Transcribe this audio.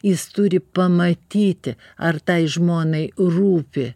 jis turi pamatyti ar tai žmonai rūpi